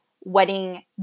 wedding